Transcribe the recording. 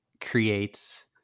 creates